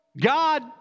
God